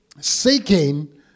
seeking